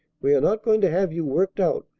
we are not going to have you worked out,